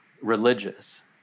religious